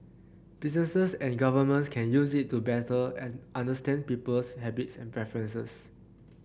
businesses and governments can use it to better understand people's habits and preferences